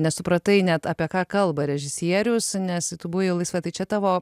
nesupratai net apie ką kalba režisierius nes tu buvai laisva tai čia tavo